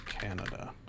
Canada